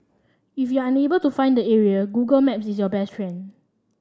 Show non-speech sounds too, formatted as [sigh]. if you're unable to find the area Google Maps is your best [unintelligible]